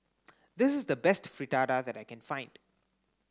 this is the best Fritada that I can find